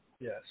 Yes